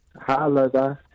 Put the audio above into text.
Hello